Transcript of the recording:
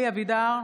(קוראת בשמות חברי הכנסת): אלי אבידר,